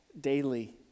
daily